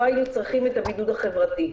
לא היינו צריכים את הבידוד החברתי.